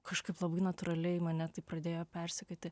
kažkaip labai natūraliai mane tai pradėjo persekioti